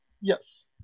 Yes